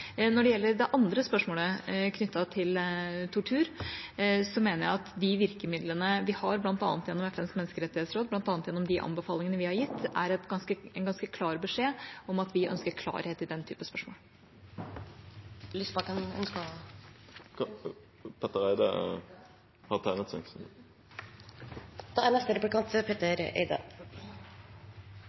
Når det gjelder det andre spørsmålet, knyttet til tortur, mener jeg at de virkemidlene vi har bl.a. gjennom FNs menneskerettighetsråd, og bl.a. gjennom de anbefalingene vi har gitt, er en ganske klar beskjed om at vi ønsker klarhet i den type spørsmål. Det er